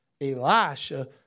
Elisha